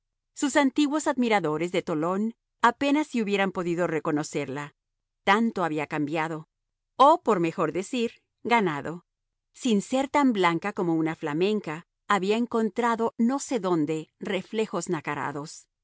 sus antiguos admiradores de tolón apenas si hubieran podido reconocerla tanto había cambiado o por mejor decir ganado sin ser tan blanca como una flamenca había encontrado no sé dónde reflejos nacarados